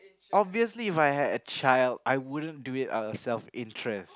obviously If I had a child I wouldn't do it out of self interest